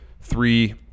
Three